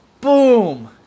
Boom